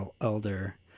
elder